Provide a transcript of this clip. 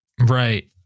Right